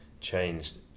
changed